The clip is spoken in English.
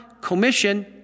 commission